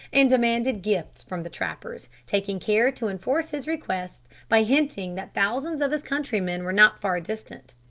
and demanded gifts from the trappers, taking care to enforce his request by hinting that thousands of his countrymen were not far distant.